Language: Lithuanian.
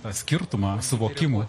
tą skirtumą suvokimo